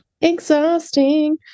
exhausting